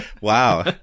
wow